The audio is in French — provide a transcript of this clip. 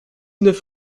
neuf